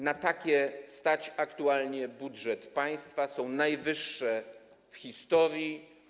Na takie stać aktualnie budżet państwa, są najwyższe w historii.